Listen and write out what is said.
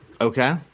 Okay